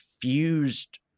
fused